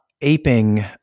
aping